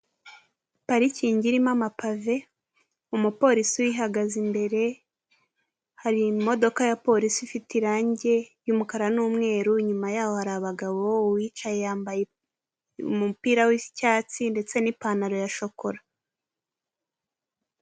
Parikingi irimo ama pave umupolisi uyihagaze imbere harimo ya polisi ifite irangi y'umukara n'umweru nyuma yaho hari abagabo, uwicaye yambaye umupira w'icyatsi ndetse n'pantaro ya shokola.